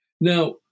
Now